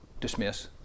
dismiss